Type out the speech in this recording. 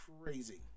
crazy